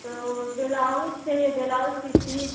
तो बेलाउज चाहिए बेलाउज की फीस